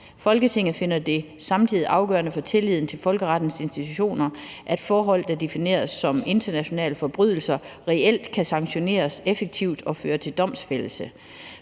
Folketinget finder det samtidig afgørende for tilliden til folkerettens institutioner, at forhold, der defineres som internationale forbrydelser, reelt kan sanktioneres effektivt og føre til domsfældelse.